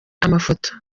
amafoto